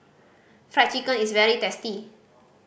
Fried Chicken is very tasty